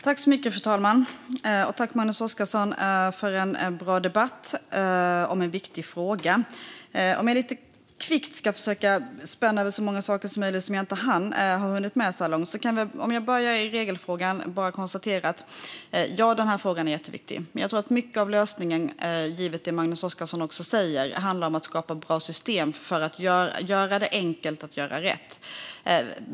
Fru talman! Tack, Magnus Oscarsson, för en bra debatt om en viktig fråga! Jag ska lite kvickt försöka spänna över så många saker som möjligt som jag inte hunnit med så här långt. För att börja med regelfrågan kan jag bara konstatera att ja, den frågan är jätteviktig. Men jag tror att mycket av lösningen, också givet det Magnus Oscarsson säger, handlar om att skapa bra system för att göra det enkelt att göra rätt.